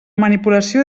manipulació